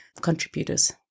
contributors